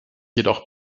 jedoch